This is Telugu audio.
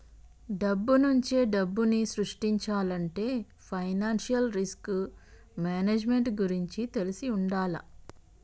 డబ్బునుంచే డబ్బుని సృష్టించాలంటే ఫైనాన్షియల్ రిస్క్ మేనేజ్మెంట్ గురించి తెలిసి వుండాల